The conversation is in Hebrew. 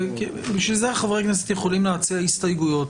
בשביל זה חברי כנסת יכולים להציע הסתייגויות,